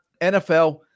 NFL